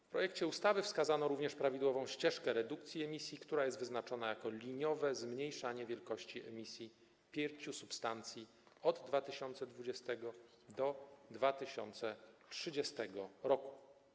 W projekcie ustawy wskazano również prawidłową ścieżkę redukcji emisji, która jest wyznaczona jako liniowe zmniejszanie wielkości emisji pięciu substancji od 2020 r. do 2030 r.